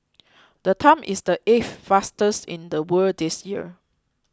the time is the eighth fastest in the world this year